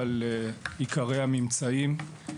על עיקרי הממצאים.